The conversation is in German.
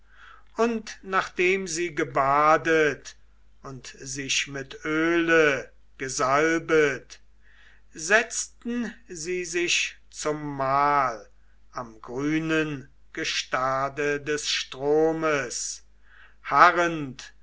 und nachdem sie gebadet und sich mit öle gesalbet setzten sie sich zum mahl am grünen gestade des stromes harrend